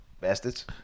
bastards